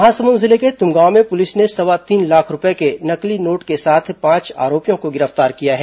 महासमुंद जिले के तुमगांव में पुलिस ने सवा तीन लाख रूपये के नकली नोट के साथ पांच आरोपियों को गिरफ्तार किया है